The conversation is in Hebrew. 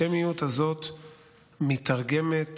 מיתרגמת